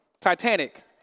Titanic